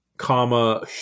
comma